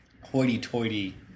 hoity-toity